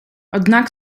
однак